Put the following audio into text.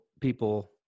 people